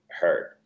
hurt